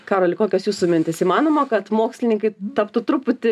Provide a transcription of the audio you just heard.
karoli kokios jūsų mintys įmanoma kad mokslininkai taptų truputį